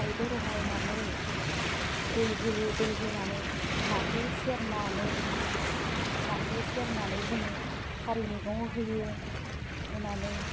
खारैदो रहायनानै दै होयो दै होनानै नाखो सेरनानै नाखो सेरनानै जोङो खारै मैगङाव होयो होनानै